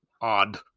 odd